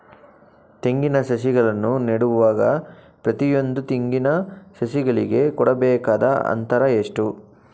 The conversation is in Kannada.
ತೆಂಗಿನ ಸಸಿಗಳನ್ನು ನೆಡುವಾಗ ಪ್ರತಿಯೊಂದು ತೆಂಗಿನ ಸಸಿಗಳಿಗೆ ಕೊಡಬೇಕಾದ ಅಂತರ ಎಷ್ಟು?